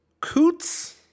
Coots